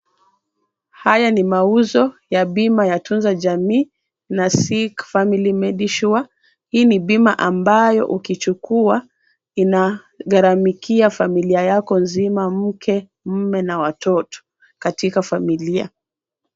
Haya ni mauzo ya bima ya tuzo jamii na seek family Medisure. Hii ni bima ambayo ukichukua, inagharamikia familia yako nzima, mke, mume na watoto katika familia.